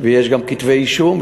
ויש גם כתבי אישום,